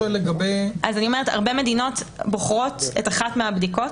הרבה מדינות בוחרות את אחת מהבדיקות.